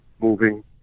moving